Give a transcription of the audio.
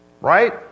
Right